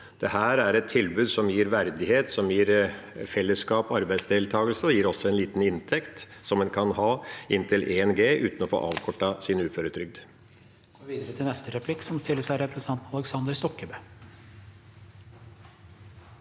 Dette er et tilbud som gir verdighet, som gir fellesskap og arbeidsdeltakelse og også en liten inntekt som en kan ha, inntil 1 G, uten å få avkortet sin uføretrygd.